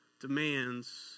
demands